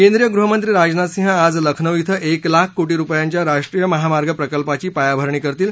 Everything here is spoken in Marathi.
केंद्रीय गृहमंत्री राजनाथ सिंह आज लखनौ धिं एक लाख कोटी रुपयाच्या राष्ट्रीय महामार्ग प्रकल्पाची पायाभरणी करतील